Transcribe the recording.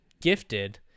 gifted